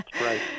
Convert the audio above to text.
Right